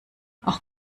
auch